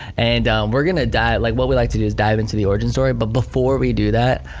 and we're gonna dive, like what we like to do is dive into the origin story. but before we do that,